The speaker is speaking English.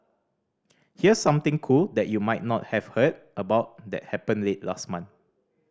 here's something cool that you might not have heard about that happened late last month